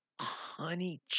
Honey